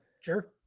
Sure